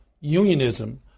unionism